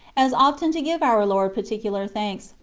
as often to give our lord particular thanks,